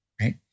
right